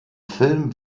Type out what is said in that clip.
film